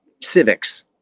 civics